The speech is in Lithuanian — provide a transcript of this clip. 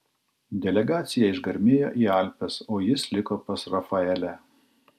delegacija išgarmėjo į alpes o jis liko pas rafaelę